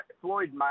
Floyd